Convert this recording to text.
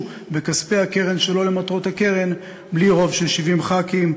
בכספי הקרן שלא למטרות הקרן בלי רוב של 70 חברי כנסת.